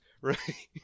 right